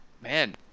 man